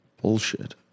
Bullshit